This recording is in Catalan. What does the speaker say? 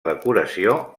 decoració